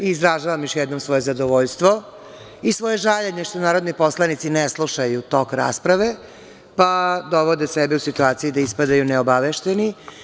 Izražavam još jednom svoje zadovoljstvo i svoje žaljenje što narodni poslanici ne slušaju tok rasprave, pa dovode sebe u situaciju da ispadaju neobavešteni.